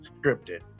scripted